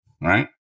Right